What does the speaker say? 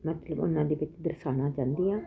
ਮਤਲਵ ਉਹਨਾਂ ਦੇ ਵਿੱਚ ਦਰਸਾਣਾ ਚਾਹਦੀ ਆਂ